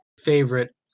favorite